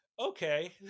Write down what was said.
Okay